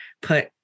put